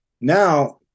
Now